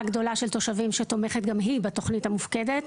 גדולה של תושבים שתומכת גם היא בתוכנית המופקדת,